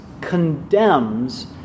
condemns